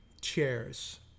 chairs